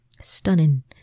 Stunning